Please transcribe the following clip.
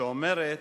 שאומרת